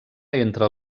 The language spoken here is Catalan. entre